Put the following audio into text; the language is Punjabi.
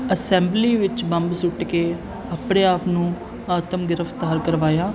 ਅਸੈਂਬਲੀ ਵਿੱਚ ਬੰਬ ਸੁੱਟ ਕੇ ਆਪਣੇ ਆਪ ਨੂੰ ਆਤਮ ਗ੍ਰਿਫਤਾਰ ਕਰਵਾਇਆ